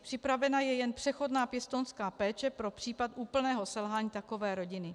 Připravena je jen přechodná pěstounská péče pro případ úplného selhání takové rodiny.